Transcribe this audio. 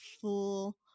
full